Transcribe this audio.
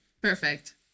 Perfect